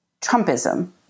Trumpism